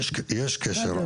יש קשר.